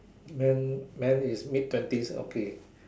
man man is mid twenties okay